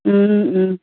Om Om